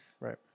Right